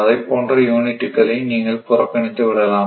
அதைப்போன்ற யூனிட்டுகளை நீங்கள் புறக்கணித்து விடலாம்